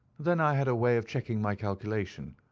then i had a way of checking my calculation.